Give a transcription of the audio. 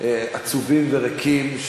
עצובים וריקים,